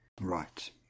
Right